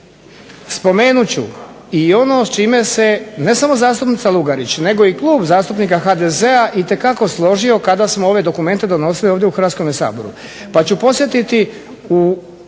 spomenut ću i ono s čime se ne samo zastupnica LUgarić nego i Klub HDZ-a složio kada smo ove dokumente donosili ovdje u Hrvatskom saboru.